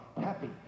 happy